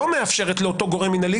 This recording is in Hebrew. לא מאפשרת לאותו גורם מינהלי,